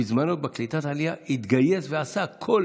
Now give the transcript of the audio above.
בזמנו, בקליטת העלייה, הוא התגייס ועשה הכול